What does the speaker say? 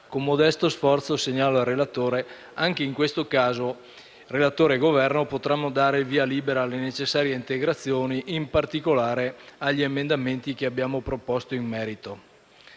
Con modesto sforzo segnalo al relatore che, anche in questo caso, insieme al Governo potrà dare il via libera alle necessarie integrazioni, in particolare agli emendamenti che abbiamo proposto in merito.